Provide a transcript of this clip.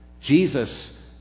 Jesus